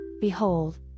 behold